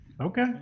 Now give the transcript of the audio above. Okay